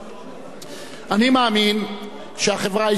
אני מאמין שהחברה הישראלית כולה יכולה